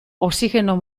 oxigeno